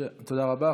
תודה רבה.